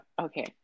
Okay